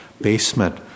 basement